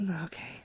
Okay